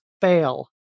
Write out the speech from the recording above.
fail